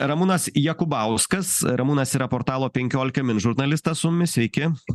ramūnas jakubauskas ramūnas yra portalo penkiolika min žurnalistas su mumis sveiki